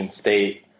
State